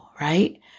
right